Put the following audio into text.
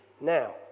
now